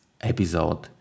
episode